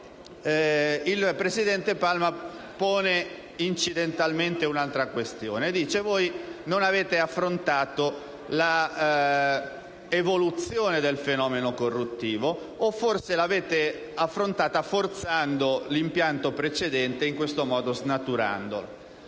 il presidente Palma ha posto incidentalmente un'altra questione, evidenziando che non abbiamo affrontato l'evoluzione del fenomeno corruttivo o forse l'abbiamo affrontata forzando l'impianto precedente, in questo modo snaturandolo.